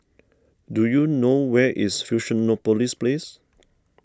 do you know where is Fusionopolis Place